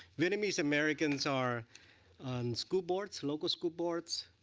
vietnamese americans are on school boards, local school boards,